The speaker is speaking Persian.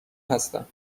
هستم